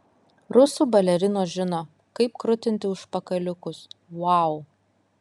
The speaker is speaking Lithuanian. rusų balerinos žino kaip krutinti užpakaliukus vau